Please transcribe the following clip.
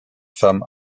femme